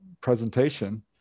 presentation